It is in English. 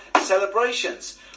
celebrations